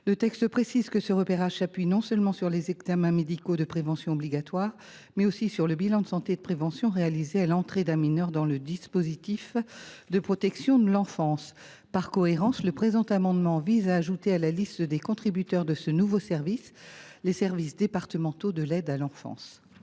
Le texte précise que ce repérage s’appuie non seulement sur les examens médicaux de prévention obligatoire, mais aussi sur le bilan de santé et de prévention réalisé à l’entrée d’un mineur dans le dispositif de protection de l’enfance. Par cohérence, le présent amendement vise à ajouter à la liste des contributeurs du nouveau service les services départementaux de l’aide sociale